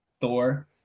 Thor